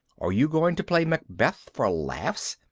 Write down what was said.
are you going to play macbeth for laughs,